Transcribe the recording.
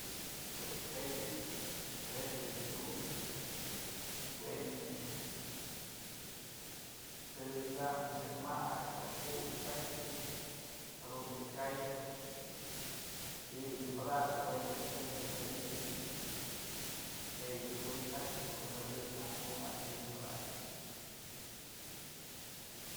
Pues jue yë refri tyumbë we'en yë tëm sam kya madyë kya puch pakyë jadun yë kaybë ji'ib dun padakëp we'en dun siemprem jyak ityë ji'i je'e yë tyum xajpyë ko'o në tëchkë najtyë mukayn ji'i padakëp.